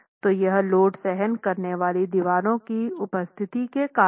तो यह लोड सहन करने वाली दीवारों की उपस्थिति के कारण है